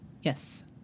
Yes